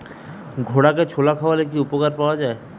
ঘোড়াকে ছোলা খাওয়ালে কি উপকার পাওয়া যায়?